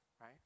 right